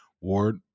Ward